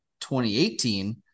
2018